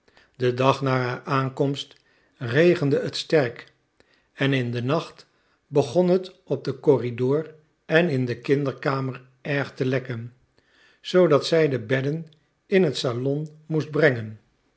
den dag na haar aankomst regende het sterk en in den nacht begon het op den corridor en in de kinderkamer erg te lekken zoodat zij de bedden in het salon moest brengen